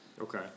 okay